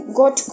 got